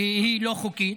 -- והלא-חוקית,